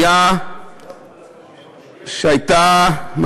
שהייתה של,